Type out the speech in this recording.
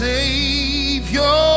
Savior